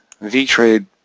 V-Trade